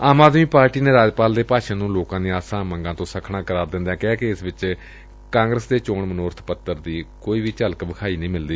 ਆਮ Aadmi Party ਨੇ ਰਾਜਪਾਲ ਦੇ ਭਾਸ਼ਣ ਨੂੰ ਲੋਕਾਂ ਦੀਆਂ ਆਸਾਂ ਉਮੰਗਾਂ ਤੋਂ ਸੱਖਣਾ ਕਰਾਰ ਦਿੰਦਿਆਂ ਕਿਹੈ ਕਿ ਇਸ ਵਿਚ ਕਾਂਗਰਸ ਦੇ ਚੋਣ ਮਨੋਰਬ ਪੱਤਰ ਦੀ ਕੋਈ ਝਲਕ ਵਿਖਾਈ ਨਹੀਂ ਮਿਲਦੀ